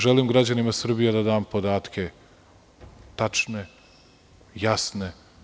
Želim građanima Srbije da dam podatke, tačne, jasne.